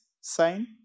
sign